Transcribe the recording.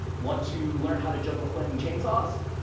want to learn how to juggle flaming chainsaws?